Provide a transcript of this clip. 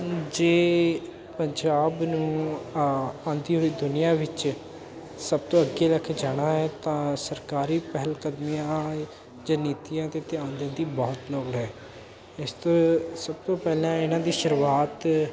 ਜੇ ਪੰਜਾਬ ਨੂੰ ਆਉਂਦੀ ਹੋਈ ਦੁਨੀਆਂ ਵਿੱਚ ਸਭ ਤੋਂ ਅੱਗੇ ਰੱਖ ਜਾਣਾ ਹੈ ਤਾਂ ਸਰਕਾਰੀ ਪਹਿਲ ਕਦਮੀਆਂ ਜਾਂ ਨੀਤੀਆਂ 'ਤੇ ਧਿਆਨ ਦੇਣ ਦੀ ਬਹੁਤ ਲੋੜ ਹੈ ਇਸ ਤੋਂ ਸਭ ਤੋਂ ਪਹਿਲਾਂ ਇਹਨਾਂ ਦੀ ਸ਼ੁਰੂਆਤ